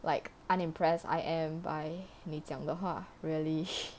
like unimpressed I am by 你讲的话 really